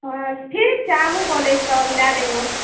हँ ठीक छै आबू कॉलेज तऽ हम दए देब नोट